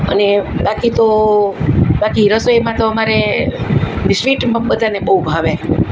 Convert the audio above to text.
અને બાકી તો બાકી રસોઈમાં તો અમારે સ્વીટમાં બધાને બહુ ભાવે